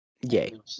yay